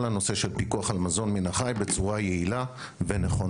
נושא הפיקוח על מזון מן החי בצורה יעילה ונכונה.